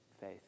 Faith